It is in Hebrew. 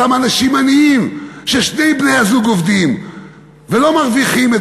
אותן משפחות עניות ששני בני-הזוג עובדים ולא מרוויחים את